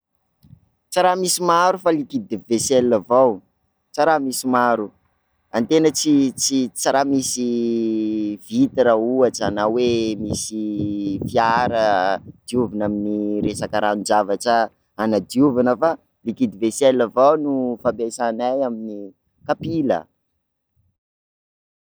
Tsa raha misy maro fa liquide vaisselle avao, tsa raha misy maro, antena ts- ts- tsa raha misy vitre ohatra na hoe misy fiara diovina amin' resaka ranon-javatra hanadiovana fa liquide vaisselle avao no ampiasanay amin'ny kapila.